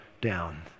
down